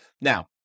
Now